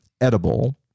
edible